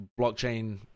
blockchain